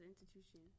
institution